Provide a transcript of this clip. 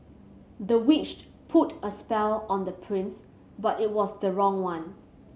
the witch put a spell on the prince but it was the wrong one